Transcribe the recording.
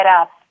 up